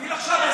תפעיל עכשיו,